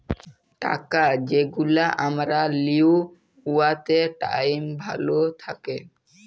টাকা যেগলা আমরা লিই উয়াতে টাইম ভ্যালু থ্যাকে